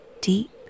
deep